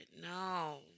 no